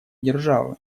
державы